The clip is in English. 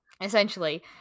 Essentially